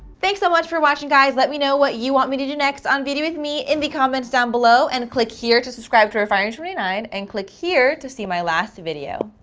thanks so much for watching guys let me know what you want me to do next on beauty with mi in the comments down below. and click here to subscribe to refinery twenty nine. and click here to see my last video.